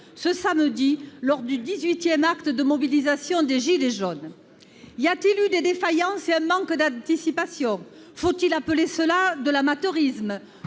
ce samedi, lors du dix-huitième acte de mobilisation des « gilets jaunes »? Y a-t-il eu des défaillances et un manque d'anticipation ? Faut-il appeler cela de l'amateurisme ?